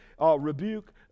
rebuke